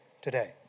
today